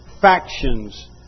factions